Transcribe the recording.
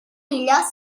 illa